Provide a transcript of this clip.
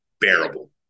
bearable